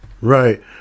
Right